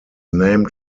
named